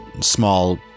small